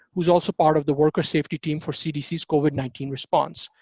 who's also part of the worker safety team for cdc's covid nineteen response.